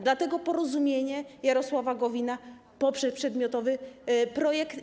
Dlatego Porozumienie Jarosława Gowina poprze przedmiotowy projekt.